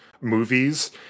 movies